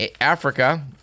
Africa